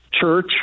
church